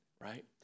right